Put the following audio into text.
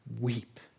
weep